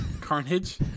carnage